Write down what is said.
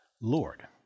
Lord